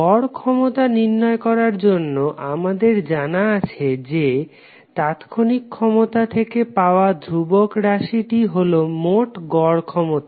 গড় ক্ষমতা নির্ণয় করার জন্য আমাদের জানা আছে যে তাৎক্ষণিক ক্ষমতা থেকে পাওয়া ধ্রুবক রাশিটি হলো মোট গড় ক্ষমতা